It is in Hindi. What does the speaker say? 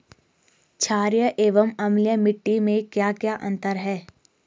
छारीय एवं अम्लीय मिट्टी में क्या क्या अंतर हैं?